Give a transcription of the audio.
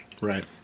right